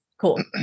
Cool